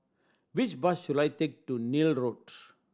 which bus should I take to Neil Road